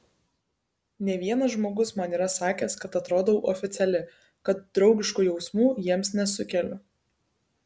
ne vienas žmogus man yra sakęs kad atrodau oficiali kad draugiškų jausmų jiems nesukeliu